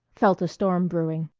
felt a storm brewing.